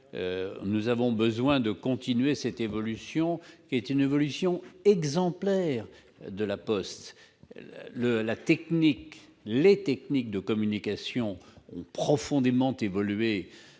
Nous avons besoin de continuer cette évolution, qui est exemplaire, de La Poste. Les techniques de communication ont profondément évolué